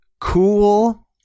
cool